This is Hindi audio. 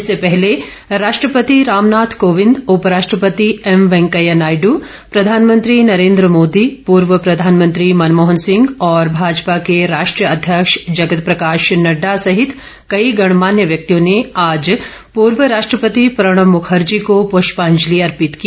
इससे पहले राष्ट्रपति रामनाथ कोविंद उपराष्ट्रपति एम वेंकैया नायड प्रधानमंत्री नरेन्द्र मोदी पूर्व प्रधानमंत्री मनमोहन सिंह और भाजपा के राष्ट्रीय अध्यक्ष जगत प्रकाश नड़डा सहित कई गणमान्य व्यक्तियों ने आज पूर्व राष्ट्रपति प्रणब मुखर्जी को प्रष्यांजलि अर्पित की